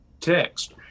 text